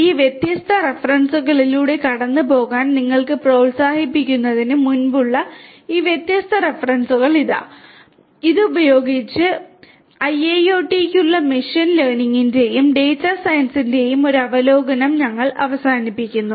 ഈ വ്യത്യസ്ത റഫറൻസുകളിലൂടെ കടന്നുപോകാൻ നിങ്ങളെ പ്രോത്സാഹിപ്പിക്കുന്നതിന് മുമ്പുള്ള ഈ വ്യത്യസ്ത റഫറൻസുകൾ ഇതാ ഇതുപയോഗിച്ച് IIoT യ്ക്കുള്ള മെഷീൻ ലേണിംഗിന്റെയും ഡാറ്റാ സയൻസിന്റെയും ഒരു അവലോകനം ഞങ്ങൾ അവസാനിക്കുന്നു